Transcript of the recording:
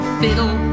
fiddle